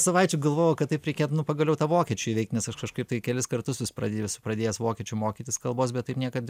savaičių galvojau kad taip reikėtų pagaliau tą vokiečių įveikt nes aš aš kažkaip tai kelis kartus vis pradėjus pradėjęs vokiečių mokytis kalbos bet taip niekad